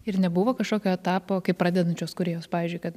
ir nebuvo kažkokio etapo kaip pradedančios kūrėjos pavyzdžiui kad